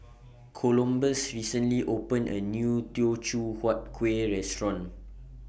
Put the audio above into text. Columbus recently opened A New Teochew Huat Kuih Restaurant